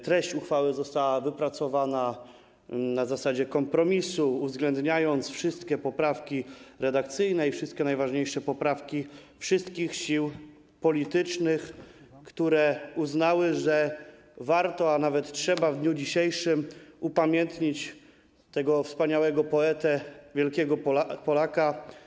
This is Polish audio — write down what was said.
Treść uchwały została wypracowana na zasadzie kompromisu, przy uwzględnieniu wszystkich poprawek redakcyjnych i wszystkich najważniejszych poprawek wszystkich sił politycznych, które uznały, że warto, a nawet trzeba, w dniu dzisiejszym upamiętnić tego wspaniałego poetę, wielkiego Polaka.